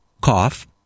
cough